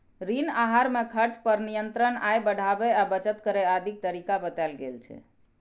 ऋण आहार मे खर्च पर नियंत्रण, आय बढ़ाबै आ बचत करै आदिक तरीका बतायल गेल छै